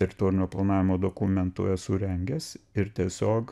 teritorinio planavimo dokumentų esu rengęs ir tiesiog